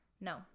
No